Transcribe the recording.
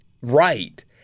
right